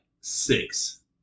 six